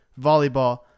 volleyball